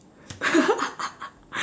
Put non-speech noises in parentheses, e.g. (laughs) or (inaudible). (laughs)